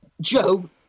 Joe